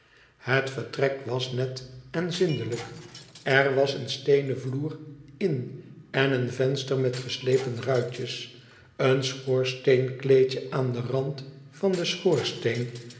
het vertrek was net en zindelijk r was een steenen vloer in en een venster met geslepen ruitjes een schoorsteenkleedje aau den rand van den schoorsteen